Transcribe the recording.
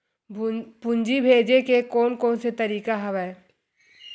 पूंजी भेजे के कोन कोन से तरीका हवय?